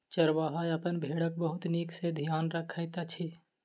चरवाहा अपन भेड़क बहुत नीक सॅ ध्यान रखैत अछि